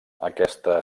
aquesta